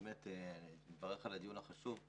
באמת אני מברך על הדיון החשוב.